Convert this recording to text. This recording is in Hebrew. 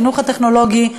החינוך הטכנולוגי,